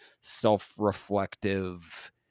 self-reflective